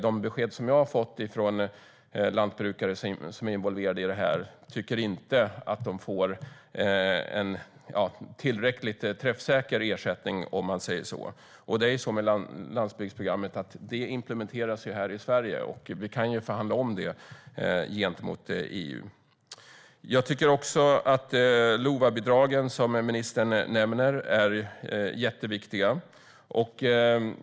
De besked som jag har fått är att de lantbrukare som är involverade i det här inte tycker att de får tillräckligt träffsäker ersättning. Det är ju så att landsbygdsprogrammet implementeras här i Sverige. Vi kan förhandla om det gentemot EU. Jag tycker att LOVA-bidragen som ministern nämner är jätteviktiga.